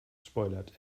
spoilert